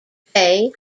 fay